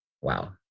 wow